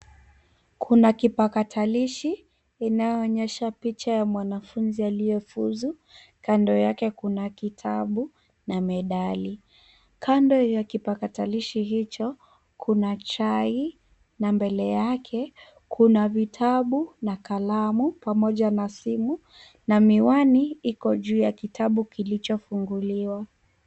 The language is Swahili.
Kuna kipakatalishi inayoonyesha picha ya mwanafunzi aliyefuzu kando yake kuna kitabu na medali. Kando ya kipakatalishi hicho kuna chai na mbele yake kuna vitabu na kalamu pamoja na simu na miwani iko juu ya kitabu kilichofunguliwa.